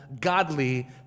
godly